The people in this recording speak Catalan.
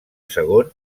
segon